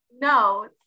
no